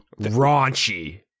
raunchy